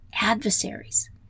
adversaries